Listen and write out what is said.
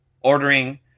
ordering